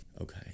Okay